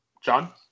John